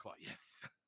Yes